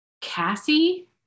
Cassie